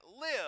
live